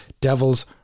Devils